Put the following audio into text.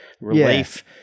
Relief